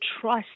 trust